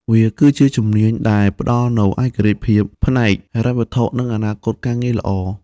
វាគឺជាជំនាញដែលផ្តល់នូវឯករាជ្យភាពផ្នែកហិរញ្ញវត្ថុនិងអនាគតការងារល្អ។